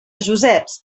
joseps